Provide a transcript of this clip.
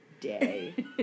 day